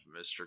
Mr